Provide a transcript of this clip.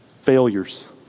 Failures